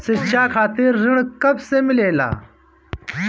शिक्षा खातिर ऋण कब से मिलेला?